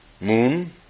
moon